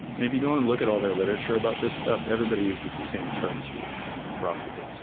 if you go and look at all their literature about this stuff, everybody uses the same terms for these things roughly